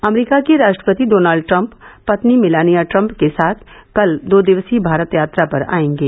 अमरीका के राष्ट्रपति Donald Trump पत्नी मेलानिया ट्रम्प के साथ कल दो दिवसीय भारत यात्रा पर आयेंगे